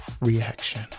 reaction